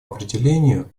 определению